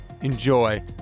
enjoy